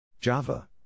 Java